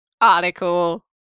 article